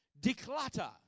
Declutter